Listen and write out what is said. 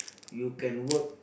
you can work